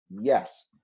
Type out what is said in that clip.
Yes